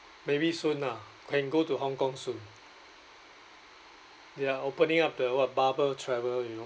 maybe soon ah can go to hong kong soon they are opening up the what bubble travel you know